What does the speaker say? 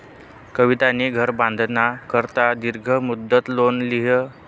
कवितानी घर बांधाना करता दीर्घ मुदतनं लोन ल्हिनं